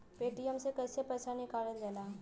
Paytm से कैसे पैसा निकलल जाला?